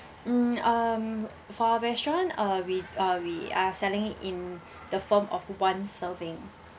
mm um for restaurant uh we are we are selling it in the form of coupon serving